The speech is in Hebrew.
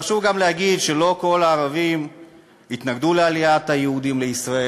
חשוב גם להגיד שלא כל הערבים התנגדו לעליית היהודים לישראל.